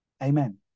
Amen